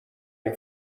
این